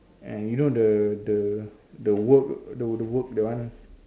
and you know the the the word the word that one